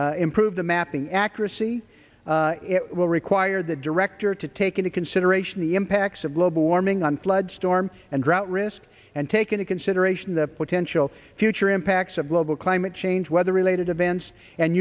these improve the mapping accuracy it will require the director to take into consideration the impacts of global warming on floods storm and drought risk and take into consideration the potential future impacts of global climate change weather related events and